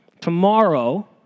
Tomorrow